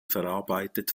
verarbeitet